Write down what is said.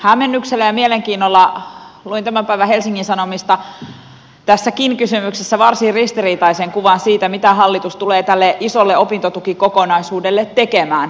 hämmennyksellä ja mielenkiinnolla sain tämän päivän helsingin sanomista tässäkin kysymyksessä varsin ristiriitaisen kuvan siitä mitä hallitus tulee tälle isolle opintotukikokonaisuudelle tekemään